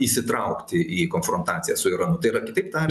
įsitraukti į konfrontaciją su iranu tai yra kitaip taria